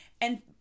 and-